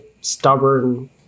stubborn